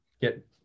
get